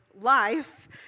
life